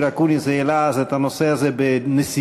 אקוניס העלה אז את הנושא הזה בנשיאות,